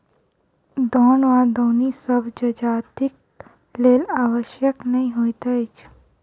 दौन वा दौनी सभ जजातिक लेल आवश्यक नै होइत अछि